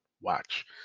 watch